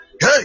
Hey